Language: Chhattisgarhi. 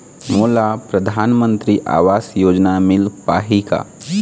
मोला परधानमंतरी आवास योजना मिल पाही का?